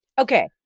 Okay